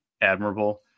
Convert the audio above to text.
admirable